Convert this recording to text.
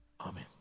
Amen